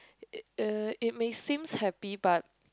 uh it may seems happy but